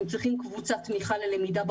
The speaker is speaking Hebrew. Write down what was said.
הם צריכים קבוצת תמיכה ללמידה.